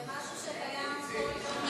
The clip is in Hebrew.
זה משהו שקיים כל יום ראשון,